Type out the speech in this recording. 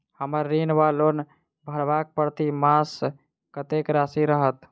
हम्मर ऋण वा लोन भरबाक प्रतिमास कत्तेक राशि रहत?